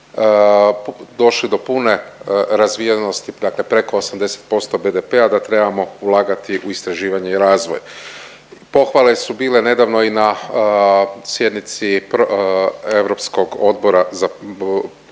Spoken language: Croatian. došli do pune razvijenosti, dakle preko 80% BDP-a da trebamo ulagati u istraživanje i razvoj. Pohvale su bile nedavno i na sjednici europskog odbora za, Odbora